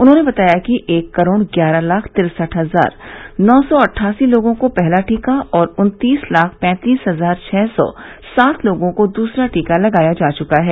उन्होंने बताया कि एक करोड़ ग्यारह लाख तिरसठ हजार नौ सौ अट्ठासी लोगों को पहला टीका और उन्तीस लाख पैंतीस हजार छः सौ सात लोगों को दूसरा टीका लगाया जा चुका है